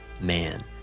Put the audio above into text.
man